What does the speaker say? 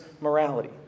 morality